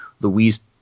Louise